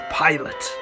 pilot